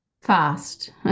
fast